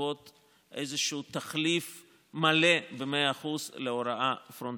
תחליף מלא ב-100% להוראה פרונטלית,